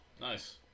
nice